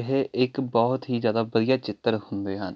ਇਹ ਇੱਕ ਬਹੁਤ ਹੀ ਜ਼ਿਆਦਾ ਵਧੀਆ ਚਿੱਤਰ ਹੁੰਦੇ ਹਨ